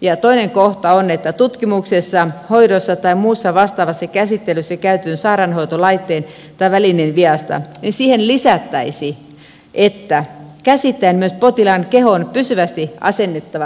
ja toinen kohta on että tutkimuksessa hoidossa tai muussa vastaavassa käsittelyssä käytetyn sairaanhoitolaitteen tai välineen viasta niin siihen lisättäisiin että käsittäen potilaan kehoon pysyvästi asennettavat laitteet